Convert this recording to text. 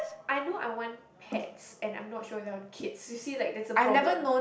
I know I want pets and I'm not sure whether I want kids you see like that's a problem